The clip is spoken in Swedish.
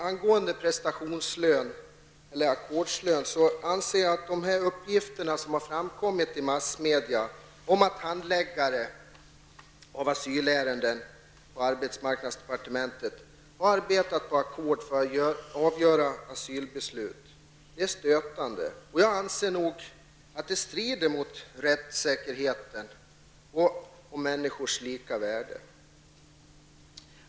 Angående frågan om ackordslön anser jag att de uppgifter som har framkommit i massmedia om att handläggare av asylärenden på arbetsmarknadsdepartementet har arbetat på ackord för att avgöra asylärenden är stötande. Jag anser att det strider mot rättssäkerheten och människors lika värde.